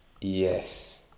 Yes